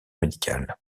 médical